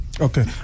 Okay